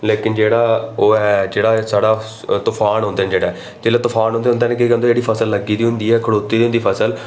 लेकिन जेह्ड़ा ओह् ऐ ऐ जेह्ड़ा साढ़ा तुफान औंदे न जिसलै उंदे नै केह् करदे जेह्ड़ी फसल लग्गी दी होंदी ऐ खड़ोती दी होंदी ऐ फसल